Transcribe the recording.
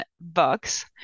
box